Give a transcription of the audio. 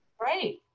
Right